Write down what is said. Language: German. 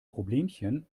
problemchen